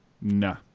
nah